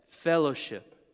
Fellowship